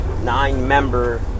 nine-member